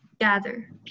gather